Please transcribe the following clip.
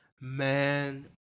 man